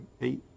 eight